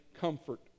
comfort